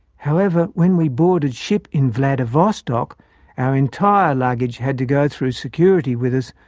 however, when we boarded ship in vladivostok our entire baggage had to go through security with us,